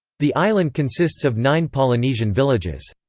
the island consists of nine polynesian villages.